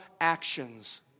actions